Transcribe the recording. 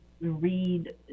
read